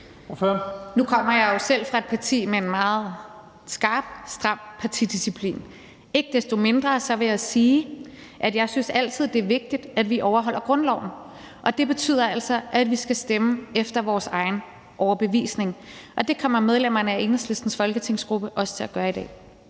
Nu kommer jeg jo selv fra et parti med en meget skarp og stram partidisciplin. Ikke desto mindre vil jeg sige, at jeg synes, det altid er vigtigt, at vi overholder grundloven, og det betyder altså, at vi skal stemme efter vores egen overbevisning. Det kommer medlemmerne af Enhedslistens folketingsgruppe også til at gøre i dag.